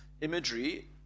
imagery